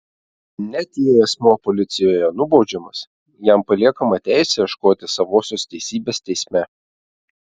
net jei asmuo policijoje nubaudžiamas jam paliekama teisė ieškoti savosios teisybės teisme